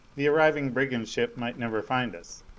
the arriving brigand ship might never find us.